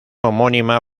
homónima